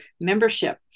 membership